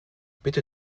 bitte